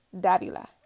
Davila